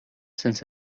sense